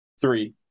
Three